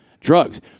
drugs